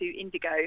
Indigo